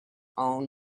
own